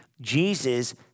Jesus